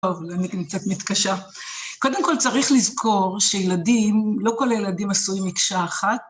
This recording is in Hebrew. טוב, אני קצת מתקשה. קודם כל צריך לזכור שילדים, לא כל הילדים עשוי מקשה אחת.